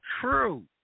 True